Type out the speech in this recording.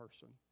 person